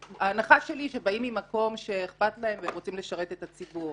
ההנחה שלי שהם באים ממקום שאכפת להם והם רוצים לשרת את הציבור.